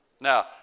Now